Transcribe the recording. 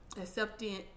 accepting